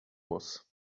was